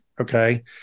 okay